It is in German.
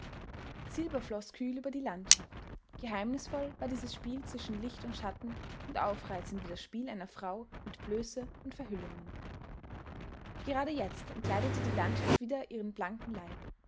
kühl über die landschaft geheimnisvoll war dieses spiel zwischen licht und schatten und aufreizend wie das spiel einer frau mit blöße und verhüllungen gerade jetzt entkleidete die landschaft wieder ihren blanken leib